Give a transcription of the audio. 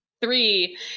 three